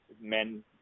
men